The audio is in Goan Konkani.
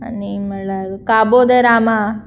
आनी म्हळ्यार काब दे राम